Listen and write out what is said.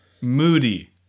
Moody